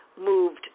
moved